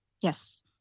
Yes